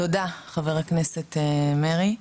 תודה חה"כ מרעי.